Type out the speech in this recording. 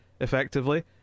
effectively